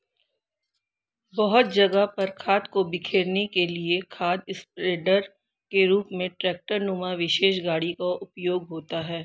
बहुत जगह पर खाद को बिखेरने के लिए खाद स्प्रेडर के रूप में ट्रेक्टर नुमा विशेष गाड़ी का उपयोग होता है